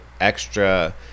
extra